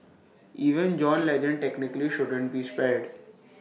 even John Legend technically shouldn't be spared